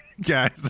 guys